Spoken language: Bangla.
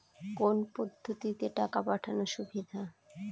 কোন পদ্ধতিতে টাকা পাঠানো সুবিধা?